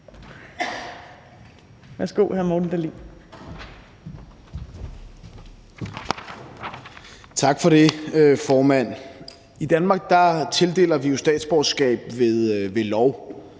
(Ordfører) Morten Dahlin (V): Tak for det, formand. I Danmark tildeler vi jo statsborgerskab ved lov.